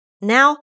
Now